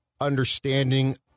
understanding